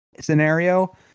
scenario